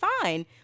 fine